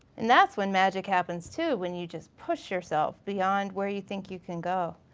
and that's when magic happens too when you just push yourself beyond where you think you can go.